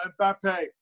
Mbappe